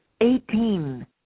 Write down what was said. Eighteen